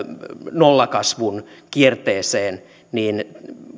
nollakasvun kierteeseen niin